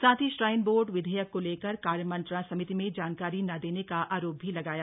साथ ही shrine board विधेयक को लेकर कार्यमंत्रणा समिति में जानकारी न देने का आरोप भी लगाया